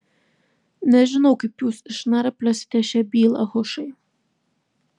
nežinau kaip jūs išnarpliosite šią bylą hušai